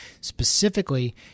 specifically